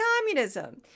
communism